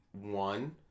one